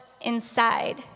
inside